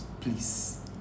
Please